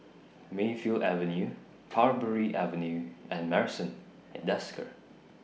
Mayfield Avenue Parbury Avenue and Marrison At Desker